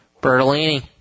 Bertolini